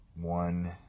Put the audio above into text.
one